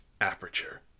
aperture